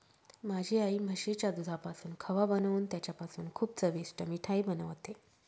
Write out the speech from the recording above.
माझी आई म्हशीच्या दुधापासून खवा बनवून त्याच्यापासून खूप चविष्ट मिठाई बनवते